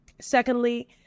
Secondly